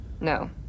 No